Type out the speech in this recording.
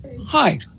Hi